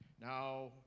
Now